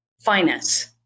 finance